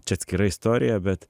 čia atskira istorija bet